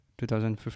2015